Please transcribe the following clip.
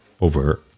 over